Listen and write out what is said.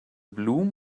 bloom